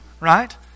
right